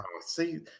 see